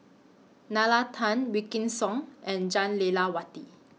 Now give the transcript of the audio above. Nalla Tan Wykidd Song and Jah Lelawati